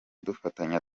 dufatanya